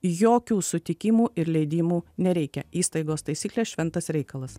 jokių sutikimų ir leidimų nereikia įstaigos taisyklės šventas reikalas